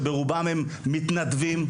שברובם הם מתנדבים,